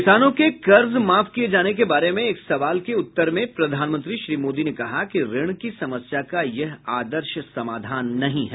किसानों के कर्ज माफ किए जाने के बारे में एक सवाल के उत्तर में प्रधानमंत्री श्री मोदी ने कहा कि ऋण की समस्या का यह आदर्श समाधान नहीं है